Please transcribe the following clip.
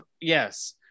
Yes